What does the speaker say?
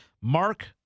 Mark